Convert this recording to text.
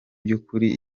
by’ukuri